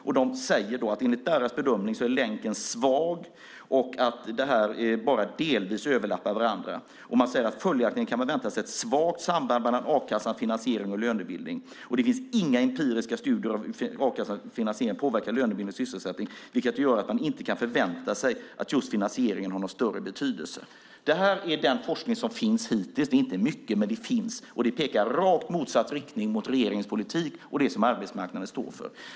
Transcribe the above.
Författarna skriver också att enligt deras bedömning är länken svag eftersom a-kassor och förhandlingsområden bara delvis motsvarar varandra. Man skriver: "Följaktligen bör man vänta sig ett . svagt samband mellan a-kassans finansiering och lönebildningen. Det finns heller inga empiriska studier av hur a-kassans finansiering påverkar lönebildning och sysselsättning, vilket gör att man inte ska förvänta sig att just finansieringsreformen har någon större betydelse." Det här är den forskning som finns hittills. Det är inte mycket, men den finns, och den pekar i rakt motsatt riktning jämfört med regeringens politik och det som arbetsmarknaden står för.